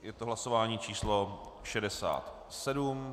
Je to hlasování číslo 67.